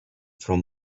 from